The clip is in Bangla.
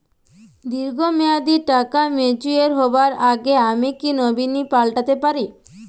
দীর্ঘ মেয়াদি টাকা ম্যাচিউর হবার আগে আমি কি নমিনি পাল্টা তে পারি?